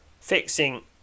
fixing